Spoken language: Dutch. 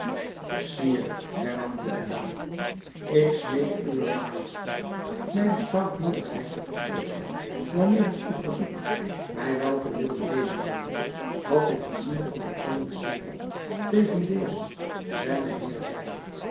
sire hernam de vizier ik smeek uwe majesteit mij de stoutmoedigheid te vergeven wanneer ik u verzoek mij wel te willen mededeelen wat de vizier van den koning sindbad tegen dezen zijnen heer zeide